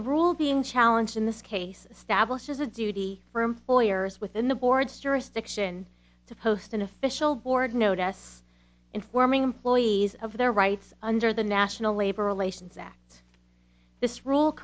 the rule being challenge in this case stablish as a duty for employers within the board's jurisdiction to post an official board notice informing employees of their rights under the national labor relations act this role